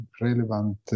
relevant